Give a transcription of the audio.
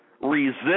resist